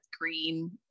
green